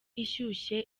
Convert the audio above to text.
ishyushye